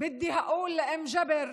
בשפה הערבית, להלן תרגומם: